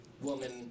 woman